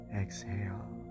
exhale